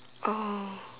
oh